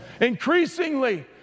Increasingly